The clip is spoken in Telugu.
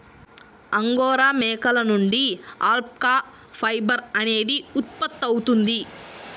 అంగోరా మేకల నుండి అల్పాకా ఫైబర్ అనేది ఉత్పత్తవుతుంది